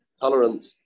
tolerant